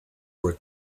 were